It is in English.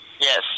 Yes